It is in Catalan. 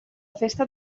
festa